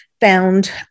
found